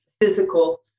physical